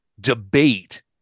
debate